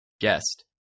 Guest